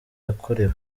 yakorewe